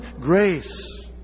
grace